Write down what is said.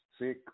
sick